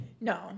no